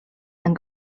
and